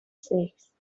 sex